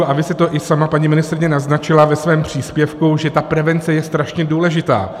A vy jste to i sama, paní ministryně, naznačila ve svém příspěvku, že ta prevence je strašně důležitá.